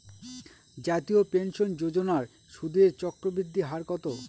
জাতীয় পেনশন যোজনার সুদের চক্রবৃদ্ধি হার কত?